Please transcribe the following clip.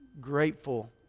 grateful